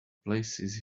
places